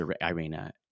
Irina